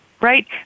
right